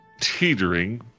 teetering